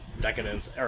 Decadence